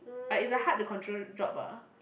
but is a hard to control job ah